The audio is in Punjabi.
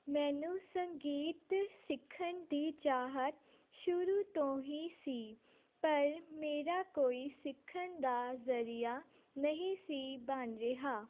ਮੈਨੂੰ ਸੰਗੀਤ ਸਿੱਖਣ ਦੀ ਚਾਹਤ ਸ਼ੁਰੂ ਤੋਂ ਹੀ ਸੀ ਪਰ ਮੇਰਾ ਕੋਈ ਸਿੱਖਣ ਦਾ ਜ਼ਰੀਆ ਨਹੀਂ ਸੀ ਬਣ ਰਿਹਾ